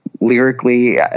lyrically